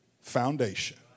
foundation